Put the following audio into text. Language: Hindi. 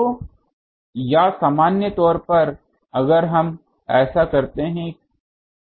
तो या सामान्य तौर पर अगर हम ऐसा करते हैं